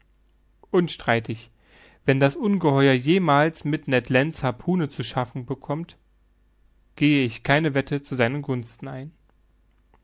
unstreitig wenn das ungeheuer jemals mit ned lands harpune zu schaffen bekommt gehe ich keine wette zu seinen gunsten ein